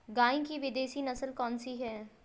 गाय की विदेशी नस्ल कौन सी है?